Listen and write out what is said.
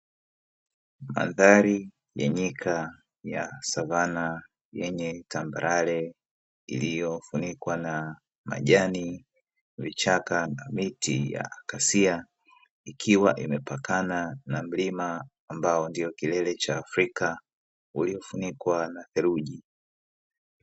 Mandhari ya nyika ya savana yenye tambarare iliyofunikwa na: majani, vichaka na miti ya alisia; ikiwa imepakana na mlima ambao ndo mlima wenye kilele cha Afrika uliofunikwa na theluji.